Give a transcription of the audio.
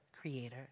Creator